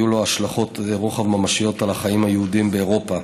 יהיו לו השלכות רוחב ממשיות על החיים היהודיים באירופה,